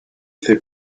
fait